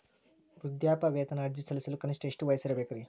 ವೃದ್ಧಾಪ್ಯವೇತನ ಅರ್ಜಿ ಸಲ್ಲಿಸಲು ಕನಿಷ್ಟ ಎಷ್ಟು ವಯಸ್ಸಿರಬೇಕ್ರಿ?